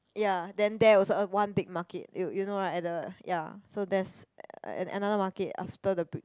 ya then there also one big market you you know right at the ya so there's another market after the bridge